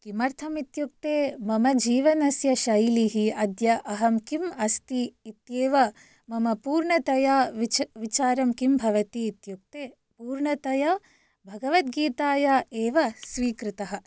किमर्थम् इत्युक्ते मम जीवनस्य शैली अद्य अहं किम् अस्मि इत्येव मम पूर्णतया विच विचारं किं भवति इत्युक्ते पूर्णतया भगवद्गीताया एव स्वीकृतः